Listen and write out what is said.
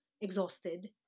exhausted